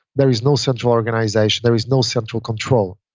there is no central organization. there is no central control.